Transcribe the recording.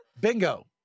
Bingo